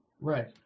Right